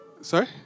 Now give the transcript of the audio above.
Sorry